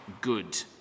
good